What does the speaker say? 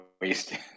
wasted